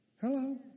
Hello